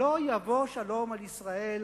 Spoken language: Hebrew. לא יבוא שלום על ישראל,